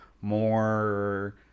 more